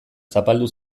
zapaldu